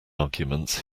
arguments